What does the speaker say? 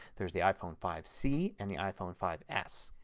there is the iphone five c and the iphone five s.